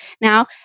Now